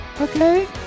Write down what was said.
Okay